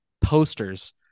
posters